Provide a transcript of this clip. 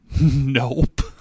Nope